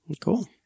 Cool